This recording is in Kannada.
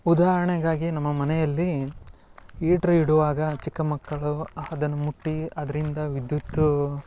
ಉದಾಹರಣೆಗಾಗಿ ನಮ್ಮ ಮನೆಯಲ್ಲಿ ಈಟ್ರ್ ಇಡುವಾಗ ಚಿಕ್ಕ ಮಕ್ಕಳು ಅದನ್ನು ಮುಟ್ಟಿ ಅದರಿಂದ ವಿದ್ಯುತ್ತು